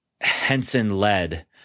Henson-led